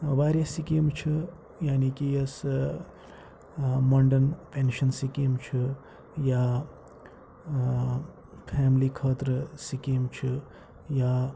وارِیاہ سِکیٖمہٕ چھِ یعنی کہِ یۄس ٲں ٲں مۄنٛڈَن پیٚنشَن سِکیٖم چھِ یا ٲں فیملی خٲطرٕ سِکیٖم چھِ یا